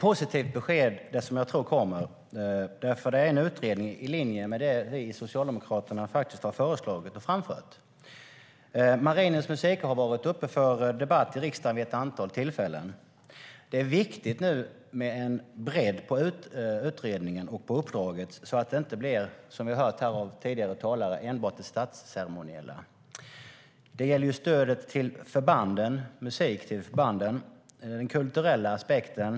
Det besked jag tror kommer är positivt, för det är en utredning i linje med det vi i Socialdemokraterna har föreslagit och framfört. Marinens Musikkår har varit uppe till debatt i riksdagen vid ett antal tillfällen. Det är nu viktigt med en bredd i utredningen och uppdraget, så att det - som vi har hört av tidigare talare - inte handlar enbart om det statsceremoniella. Det gäller ju stödet till förbanden, musik till förbanden och den kulturella aspekten.